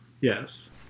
yes